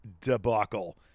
debacle